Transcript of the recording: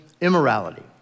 immorality